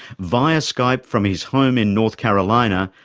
via skype from his home in north carolina,